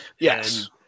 Yes